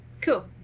Cool